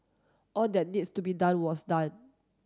all that needs to be done was done